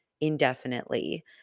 indefinitely